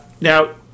Now